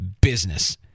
business